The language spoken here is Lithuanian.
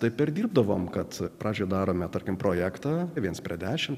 tai perdirbdavome kad prašė darome tarkim projektą viens prie dešimt